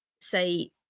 say